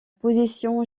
position